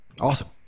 Awesome